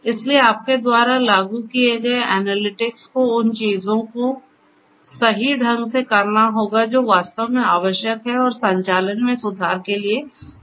इसलिए आपके द्वारा लागू किए गए एनालिटिक्स को उन चीजों को सही ढंग से करना होगा जो वास्तव में आवश्यक हैं और संचालन में सुधार के लिए उपयुक्त हैं